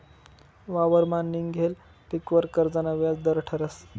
वावरमा निंघेल पीकवर कर्जना व्याज दर ठरस